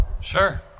Sure